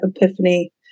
epiphany